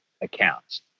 accounts